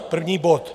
První bod.